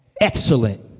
excellent